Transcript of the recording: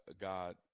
God